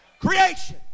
Creation